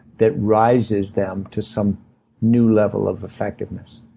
that rises them to some new level of effectiveness.